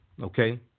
Okay